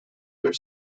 their